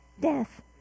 death